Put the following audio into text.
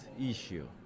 issue